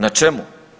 Na čemu?